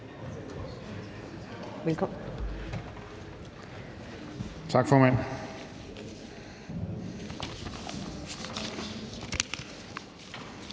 Tak for det.